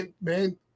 Man